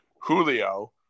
Julio